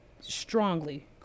strongly